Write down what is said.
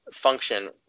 function